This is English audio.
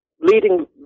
leading